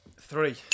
Three